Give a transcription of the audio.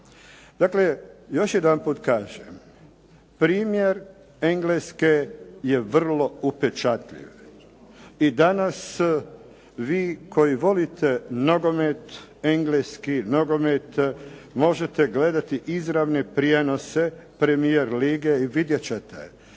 Dakle, još jedanput kažem, primjer Engleske je vrlo upečatljivi i danas vi koji volite engleski nogomet, možete gledati izravne prijenose Premijer lige i vidjet ćete.